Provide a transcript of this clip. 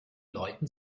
leuten